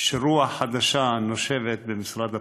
שרוח חדשה נושבת במשרד הפנים.